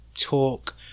talk